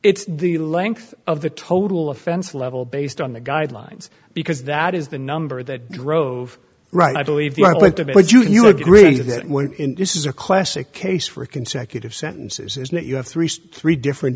it's the length of the total offense level based on the guidelines because that is the number that drove right i believe would you agree that this is a classic case for consecutive sentences is not you have three three different